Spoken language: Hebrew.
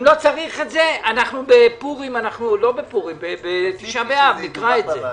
אם לא צריך את זה, בתשעה באב נקרע את זה.